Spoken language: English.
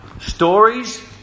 stories